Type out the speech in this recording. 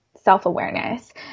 self-awareness